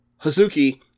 Hazuki